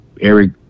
Eric